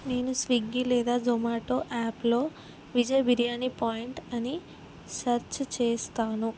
నేను స్విగ్గీ లేదా జొమాటో యాప్లో విజయ్ బిర్యానీ పాయింట్ అని సెర్చ్ చేస్తాను